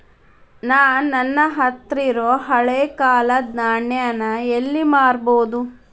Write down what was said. ನಾ ನನ್ನ ಹತ್ರಿರೊ ಹಳೆ ಕಾಲದ್ ನಾಣ್ಯ ನ ಎಲ್ಲಿ ಮಾರ್ಬೊದು?